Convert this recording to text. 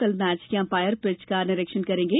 कल मैच के umpire pitch का निरीक्षण करेंगे